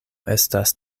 estas